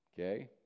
Okay